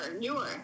newer